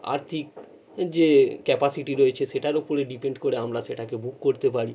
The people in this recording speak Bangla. আর্থিক যে ক্যাপাসিটি রয়েছে সেটার ওপরে ডিপেণ্ড করে আমরা সেটাকে বুক করতে পারি